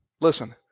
Listen